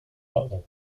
butler